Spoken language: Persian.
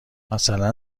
مثلا